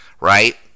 Right